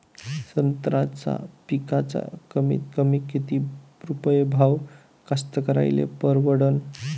संत्र्याचा पिकाचा कमीतकमी किती रुपये भाव कास्तकाराइले परवडन?